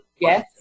Yes